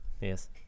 Yes